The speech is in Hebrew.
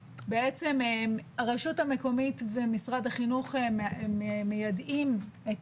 הרשות המקומית ומשרד החינוך מיידעים את